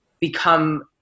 become